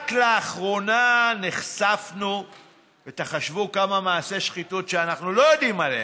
רק לאחרונה נחשפנו ותחשבו כמה מעשי שחיתות יש שאנחנו לא יודעים עליהם,